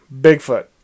Bigfoot